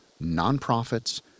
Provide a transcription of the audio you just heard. nonprofits